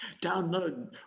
Download